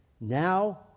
now